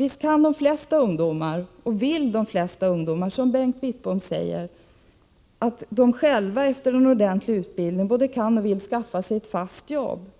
Visst kan och vill de flesta ungdomar själva, som Bengt Wittbom säger, efter ordentlig utbildning skaffa sig ett fast jobb.